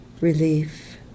relief